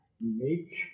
Make